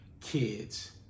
Kids